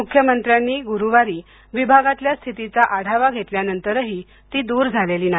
मुख्यमंत्र्यांनी गुरूवारी विभागातल्या स्थितीचा आढावा घेतल्यानंतरही ती दूर झालेली नाही